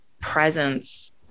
presence